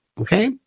Okay